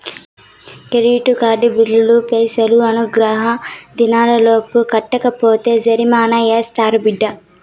credit card బిల్లులు పైసలు అనుగ్రహ దినాలలోపు కట్టకపోతే జరిమానా యాస్తారు బిడ్డా